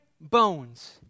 bones